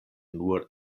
nur